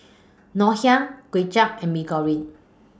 Ngoh Hiang Kuay Chap and Mee Goreng